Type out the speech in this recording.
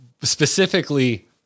specifically